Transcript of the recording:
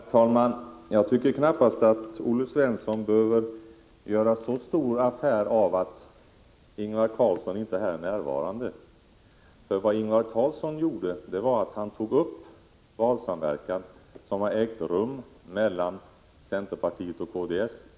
Herr talman! Jag tycker knappast att Olle Svensson behöver göra så stor affär av att Ingvar Carlsson inte är närvarande. Ingvar Carlsson tog uppi den nu åberopade frågestunden den valsamverkan som ägt rum mellan centerpartiet och kds.